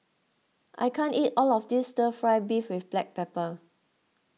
I can't eat all of this Stir Fry Beef with Black Pepper